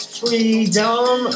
freedom